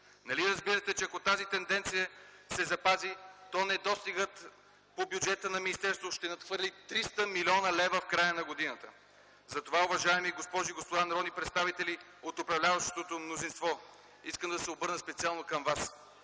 Нали разбирате, че ако тази тенденция се запази, то недостигът по бюджета на министерството ще надхвърли 300 млн. лв. в края на годината? Затова, уважаеми госпожи и господа народни представители от управляващото мнозинство, искам да се обърна специално към вас